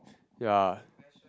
ya